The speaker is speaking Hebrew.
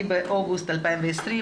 היום ה-4 באוגוסט 2020,